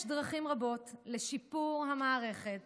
יש דרכים רבות לשיפור המערכת